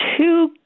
two